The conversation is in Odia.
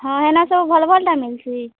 ହଁ ହେନ ସବୁ ଭଲ୍ ଭଲ୍ଟା ମିଲ୍ସି